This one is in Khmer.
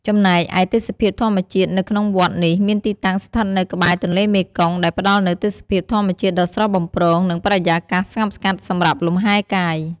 ចំណែកឯទេសភាពធម្មជាតិនៅក្នុងវត្តនេះមានទីតាំងស្ថិតនៅក្បែរទន្លេមេគង្គ ដែលផ្តល់នូវទេសភាពធម្មជាតិដ៏ស្រស់បំព្រង និងបរិយាកាសស្ងប់ស្ងាត់សម្រាប់លំហែកាយ ។